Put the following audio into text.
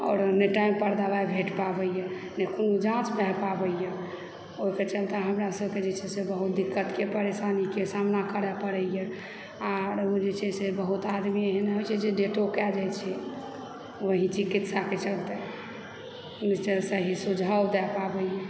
आओर नहि टाइम पर दबाइ भेट पाबैए नहि कोनो जाँच भए पाबैए ओहिके चलते हमरा सभकेँ जे छै से बहुत दिक्कतके परेशानीके सामना करय पड़ैए आर ओ जे छै से बहुत आदमी एहन होइ छै जे डेडो कए जाइत छै वहीं चिकित्साके चलते नहि सही सुझाव दे पाबैए